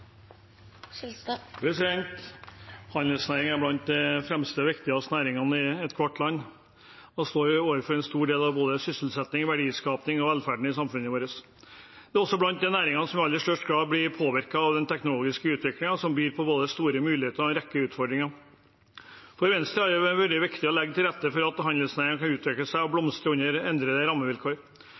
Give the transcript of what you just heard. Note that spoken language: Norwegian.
blant de fremste og viktigste næringene i ethvert land, og den står for en stor del av både sysselsetting, verdiskaping og velferden i samfunnet vårt. Den er også blant de næringene som i aller størst grad blir påvirket av den teknologiske utviklingen som byr på både store muligheter og en rekke utfordringer. For Venstre har det vært viktig å legge til rette for at handelsnæringen kan utvikle seg og blomstre under endrede rammevilkår.